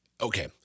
Okay